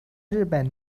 日本